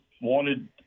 wanted